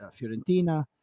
Fiorentina